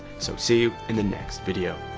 so see you in the next video!